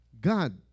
God